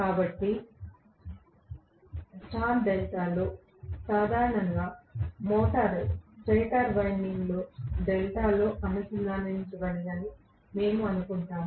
కాబట్టి స్టార్ డెల్టాలో సాధారణంగా మోటారు స్టేటర్ వైండింగ్ డెల్టాలో అనుసంధానించబడిందని మేము అనుకుంటాము